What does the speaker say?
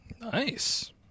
Nice